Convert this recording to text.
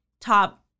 top